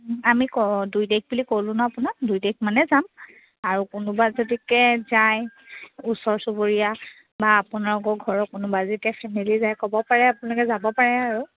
আমি ক দুই তাৰিখ বুলি ক'লো নহ্ আপোনাৰ দুই তাৰিখ মানে যাম আৰু কোনোবা যদিহে যায় ওচৰ চুবুৰীয়া বা আপোনালোকৰ ঘৰৰ কোনোবা যদিহে ফেমিলি যায় ক'ব পাৰে আপোনালোকে যাব পাৰে আৰু